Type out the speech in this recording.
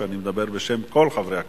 כי אני מדבר בשם כל חברי הכנסת.